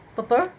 purple